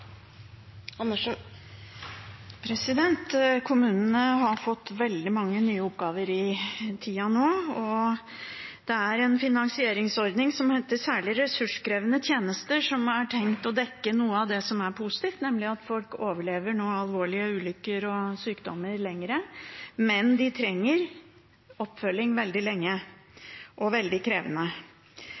en finansieringsordning for særlig ressurskrevende tjenester, som er tenkt å skulle dekke noe av det som er positivt, nemlig at folk overlever alvorlige ulykker og sykdommer og lever lenger, men de trenger krevende oppfølging veldig lenge. Den ordningen har regjeringen kuttet med 1 mrd. kr til kommunesektoren, og